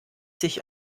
sich